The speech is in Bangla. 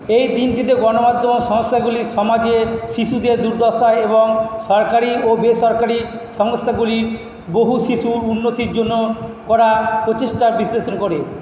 এই দিনটিতে গণমাধ্যমের সমস্যাগুলি সমাজে শিশুদের দুর্দশা এবং সরকারি ও বেসরকারি সংস্থাগুলি বহু শিশুর উন্নতির জন্য করা প্রচেষ্টার বিশ্লেষণ করে